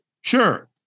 Sure